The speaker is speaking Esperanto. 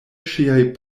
ŝiaj